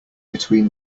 between